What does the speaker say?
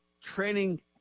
training